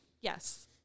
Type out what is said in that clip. yes